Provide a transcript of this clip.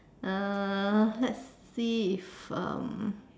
uh let's see if um